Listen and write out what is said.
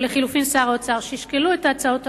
או לחלופין שר האוצר, שישקלו את ההצעות הללו,